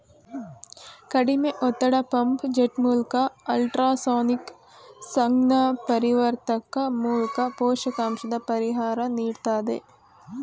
ಕಡಿಮೆ ಒತ್ತಡ ಪಂಪ್ ಜೆಟ್ಮೂಲ್ಕ ಅಲ್ಟ್ರಾಸಾನಿಕ್ ಸಂಜ್ಞಾಪರಿವರ್ತಕ ಮೂಲ್ಕ ಪೋಷಕಾಂಶದ ಪರಿಹಾರ ನೀಡ್ತದೆ